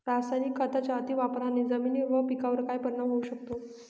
रासायनिक खतांच्या अतिवापराने जमिनीवर व पिकावर काय परिणाम होऊ शकतो?